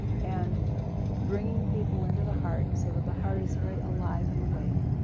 and bringing people into the heart so that the heart is very alive and awake,